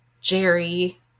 Jerry